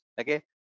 okay